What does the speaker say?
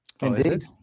Indeed